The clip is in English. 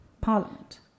parliament